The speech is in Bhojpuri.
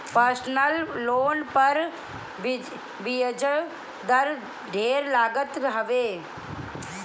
पर्सनल लोन पर बियाज दर ढेर लागत हवे